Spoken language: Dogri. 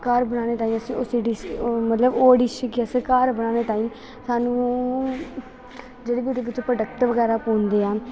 घर बनानैं तांई उसी डिश गी मतलव ओह् डिश गी असैं घर बनानै तांई साह्नू जेह्ड़े बी ओह्दे बिच्च प्रोडक्ट बगैरा पौंदे ऐं